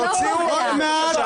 תוציאו אותו בבקשה.